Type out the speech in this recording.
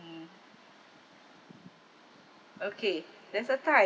mm okay there's a time